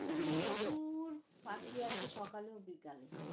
সেখানে প্রচুর পাখি আসে সকালে ও বিকালে